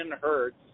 hertz